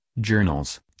journals